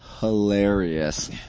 hilarious